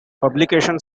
publication